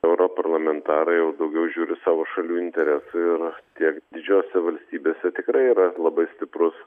europarlamentarai jau daugiau žiūri savo šalių interesų ir tiek didžiosiose valstybėse tikrai yra labai stiprus